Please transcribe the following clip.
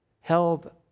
held